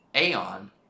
Aeon